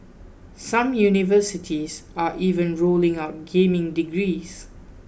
some universities are even rolling out gaming degrees